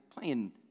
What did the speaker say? playing